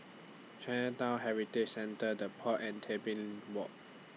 Chinatown Heritage Centre The Pod and Tebing Walk